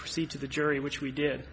proceed to the jury which we did